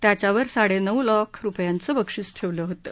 त्याच्यावर साडेनऊ लाख रुपयांचं बक्षिस ठेवलं होतं